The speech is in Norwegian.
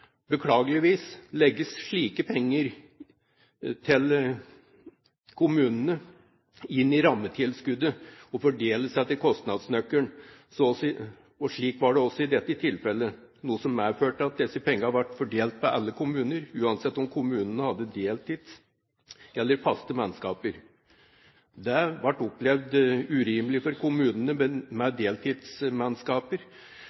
Beklageligvis legges slike penger til kommunene inn i rammetilskuddet og fordeles etter kostnadsnøkkelen. Slik var det også i dette tilfellet, noe som medførte at disse pengene ble fordelt på alle kommuner, uansett om kommunen hadde deltidsmannskaper eller faste mannskaper. Det ble opplevd som urimelig for kommunene med